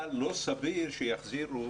אבל לא סביר שיחזירו